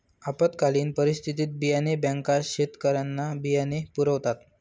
आपत्कालीन परिस्थितीत बियाणे बँका शेतकऱ्यांना बियाणे पुरवतात